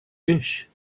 dish